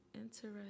Interesting